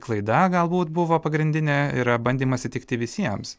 klaida galbūt buvo pagrindinė yra bandymas įtikti visiems